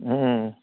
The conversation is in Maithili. हुँ